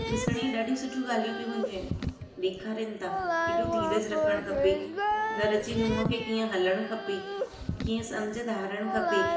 ॾिसण ई ॾाढियूं सुठियूं ॻाल्हियूं बि हूंदियूं आहिनि ॾेखारीनि था केॾो धीरज रखणु खपे घर जी नूंहं खे कीअं हलणु खपे कीअं सम्झि धारणु खपे